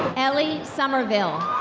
ellie sumerville.